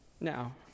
now